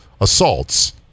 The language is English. assaults